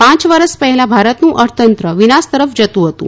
પાંચ વર્ષ પહેલાં ભારતનું અર્થતંત્ર વિનાશ તરફ જતુ હતું